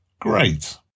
Great